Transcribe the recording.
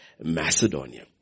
Macedonia